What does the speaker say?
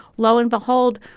lo and behold,